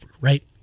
right